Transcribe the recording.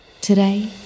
Today